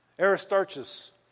Aristarchus